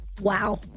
Wow